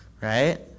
right